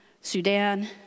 Sudan